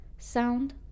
sound